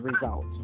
results